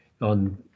on